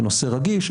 בנושא רגיש,